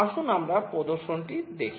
আসুন আমরা প্রদর্শনটি দেখি